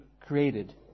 created